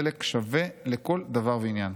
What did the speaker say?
חלק שווה לכל דבר ועניין.